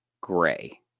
gray